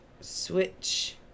Switch